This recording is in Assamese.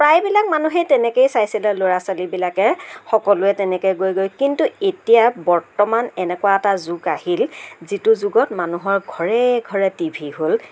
প্ৰায়বিলাক মানুহেই তেনেকেই চাইছিল ল'ৰা ছোৱালীবিলাকে সকলোৱে তেনেকৈ গৈ গৈ কিন্তু এতিয়া বৰ্তমান এনেকুৱা এটা যুগ আহিল যিটো যুগত মানুহৰ ঘৰে ঘৰে টি ভি হ'ল